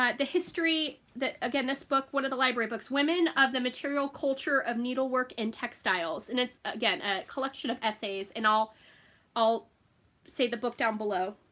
ah the history the again this book one of the library books women of the material culture of needlework and textiles, and it's again a collection of essays and all i'll say the book down below.